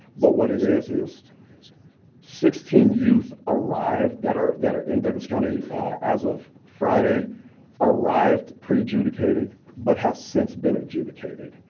but what it is is sixteen youth arrive that are that are in douglas county as of friday arrived pre-adjudicated, but have since been adjudicated.